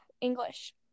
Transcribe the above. English